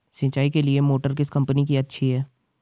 सिंचाई के लिए मोटर किस कंपनी की अच्छी है?